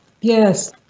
Yes